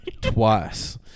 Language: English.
Twice